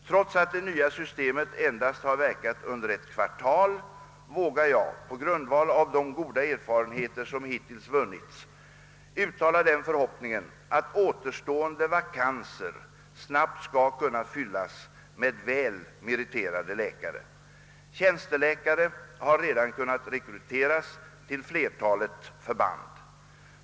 Trots att det nya systemet endast har verkat under ett kvartal vågar jag, på grundval av de goda erfarenheter som hittills vunnits, uttala den förhoppningen att återstående vakanser snabbt skall kunna fyllas med väl meriterade läkare. Tjänsteläkare har redan kunnat rekryteras till flertalet förband.